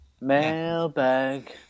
mailbag